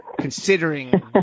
considering